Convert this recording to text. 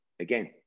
again